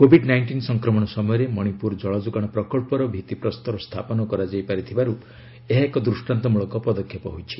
Covid nineteen ସଂକ୍ରମଣ ସମୟରେ ମଣିପୁର ଜଳଯୋଗାଣ ପ୍ରକଳ୍ପର ଭିଭିପ୍ରସ୍ତର ସ୍ଥାପନ କରାଯାଇ ପାରିଥିବାରୁ ଏହା ଏକ ଦୃଷ୍ଟାନ୍ତମୂଳକ ପଦକ୍ଷେପ ହୋଇଛି